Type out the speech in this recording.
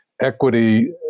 equity